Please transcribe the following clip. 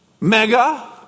mega